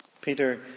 Peter